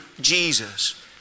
Jesus